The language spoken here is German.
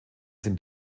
sind